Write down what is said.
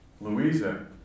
Louisa